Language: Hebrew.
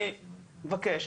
אני מבקש.